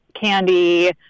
candy